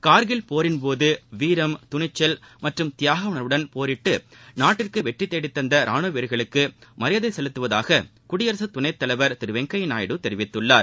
கார்கில் போரின் போது வீரம் துணிச்சல் மற்றும் தியாக உணர்வுடன் போரிட்டு நாட்டிற்கு வெற்றி தேடித் தந்த ரானுவ வீரர்களுக்கு மரியாதை செலுத்துவதாக குடியரக துணைத் தலைவர் திரு வெங்கப்ய நாயுடு தெரிவித்துள்ளார்